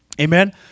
Amen